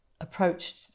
approached